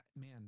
man